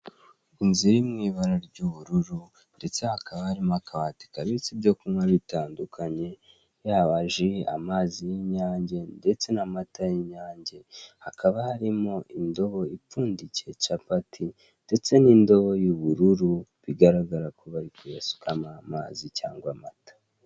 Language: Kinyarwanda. Inzu iri mu ibara ry'ubururu, ndetse hakaba harimo akabati kabitse ibyo kunywa bitandukanye, yaba ji, amazi y'inyange, ndetse n'amata y'inyange, hakaba hari n'indobo ipfundikiye capati, ndetse n'indobo y'ubururu bigaragara ko bari kuyisukamo amazi cyangwa amata.